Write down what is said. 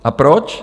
A proč?